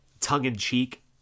tongue-in-cheek